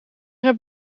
heb